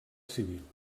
civil